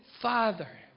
father